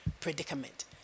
predicament